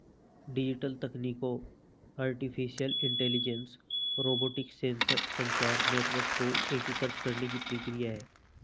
digital तकनीकों artificial intelligence, robotics, sensor, संचार network को एकीकृत करने की प्रक्रिया है